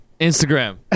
instagram